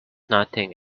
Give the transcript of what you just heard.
nothing